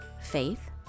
faith